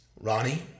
Ronnie